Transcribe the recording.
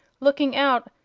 looking out,